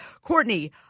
Courtney